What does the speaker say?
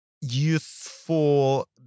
useful